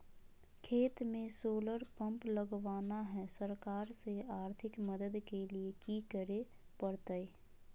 खेत में solar pump लगाना है, सरकार से आर्थिक मदद के लिए की करे परतय?